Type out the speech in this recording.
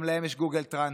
גם להם יש גוגל טרנסלייט.